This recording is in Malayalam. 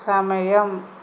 സമയം